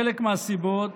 חלק מהסיבות